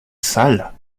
sale